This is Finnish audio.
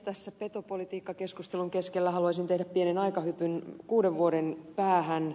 tässä petopolitiikkakeskustelun keskellä haluaisin tehdä pienen aikahypyn kuuden vuoden päähän